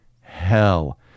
hell